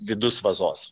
vidus vazos